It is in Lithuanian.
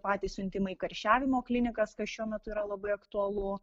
patys siuntimai karščiavimo klinikas kas šiuo metu yra labai aktualu